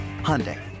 Hyundai